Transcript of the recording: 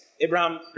Abraham